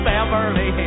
Beverly